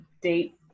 date